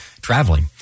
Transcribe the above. traveling